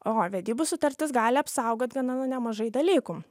o vedybų sutartis gali apsaugoti nuo nuo nemažai dalykų